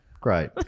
great